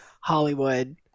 Hollywood